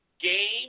game